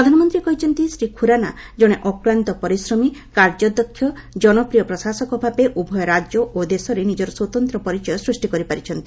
ପ୍ରଧାନମନ୍ତ୍ରୀ କହିଛନ୍ତି ଶ୍ରୀ ଖୁରାନା ଜଣେ ଅକ୍ଲାନ୍ତ ପରିଶ୍ରମୀ କାର୍ଯ୍ୟଦକ୍ଷ ଜନପ୍ରିୟ ପ୍ରଶାସକ ଭାବେ ଉଭୟ ରାଜ୍ୟ ଓ ଦେଶରେ ନିକର ସ୍ୱତନ୍ତ ପରିଚୟ ସୃଷ୍ଟି କରିପାରିଛନ୍ତି